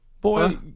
Boy